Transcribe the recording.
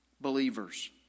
believers